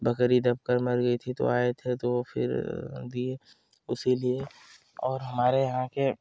बकरी दबकर मर गई थी तो आए थे तो वो फिर दिए उसी लिए और हमारे यहाँ के